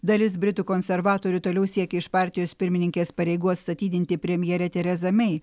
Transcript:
dalis britų konservatorių toliau siekia iš partijos pirmininkės pareigų atstatydinti premjerę terezą mei